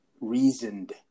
reasoned